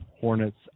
Hornets